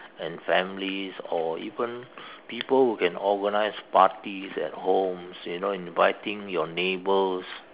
and families or even people who can organize parties at homes you know inviting your neighbours